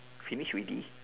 finish already